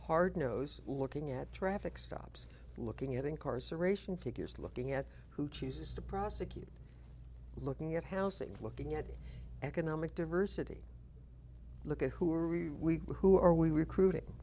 hard nosed looking at traffic stops looking at incarceration figures looking at who chooses to prosecute looking at housing looking at economic diversity look at who are we who are we recruit